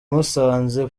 musanze